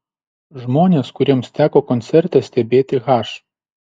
žmonės kuriems teko koncerte stebėti h